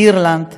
אירלנד,